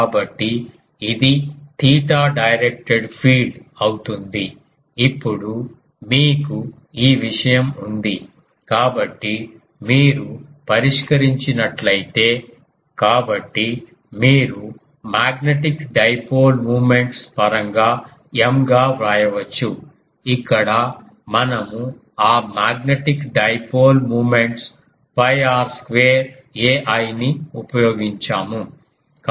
కాబట్టి ఇది theta directed field అవుతుంది ఇప్పుడు మీకు ఈ విషయం ఉంది కాబట్టి మీరు పరిష్కరించినట్లయితే కాబట్టి మీరు మాగ్నెటిక్ డైపోల్ మూమెంట్స్ పరంగా M గా వ్రాయవచ్చు ఇక్కడ మనము ఆ magnetic dipole moments 𝛑 r square ai ని ఉపయోగించాము